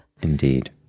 Indeed